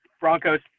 Broncos